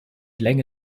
länge